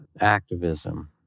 activism